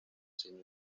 sra